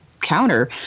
counter